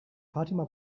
fatima